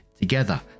together